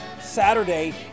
Saturday